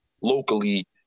locally